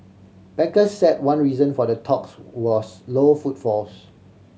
bankers said one reason for the talks was low footfalls